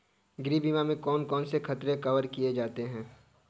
गृह बीमा में कौन कौन से खतरे कवर किए जाते हैं?